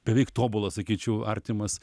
beveik tobula sakyčiau artimas